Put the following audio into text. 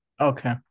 Okay